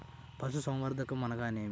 పశుసంవర్ధకం అనగానేమి?